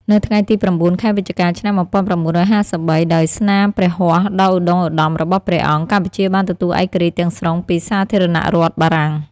នៅថ្ងៃទី៩ ខែវិច្ឆិកា ឆ្នាំ១៩៥៣ ដោយស្នាព្រះហស្តដ៏ឧត្ដុង្គឧត្ដមរបស់ព្រះអង្គ កម្ពុជាបានទទួលឯករាជ្យទាំងស្រុងពីសាធារណរដ្ឋបារាំង។